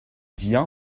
dihun